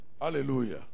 Hallelujah